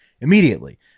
immediately